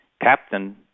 captain